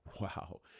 wow